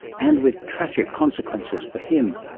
and with tragic consequences for him.